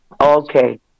Okay